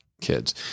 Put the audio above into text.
kids